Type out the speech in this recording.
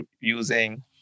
using